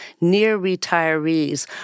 near-retirees